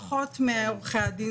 פחות מעורכי הדין,